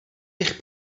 eich